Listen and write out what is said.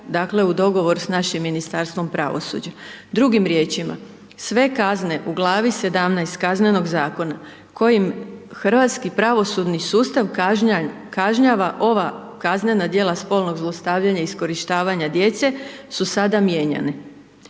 dakle u dogovoru sa našim Ministarstvom pravosuđa. Drugim riječima, sve kazne u glavi 17. Kaznenog zakona kojim hrvatski pravosudni sustava kažnjava ova kaznena djela spolnog zlostavljanja iskorištavanja djece su sada mijenjane.